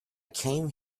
came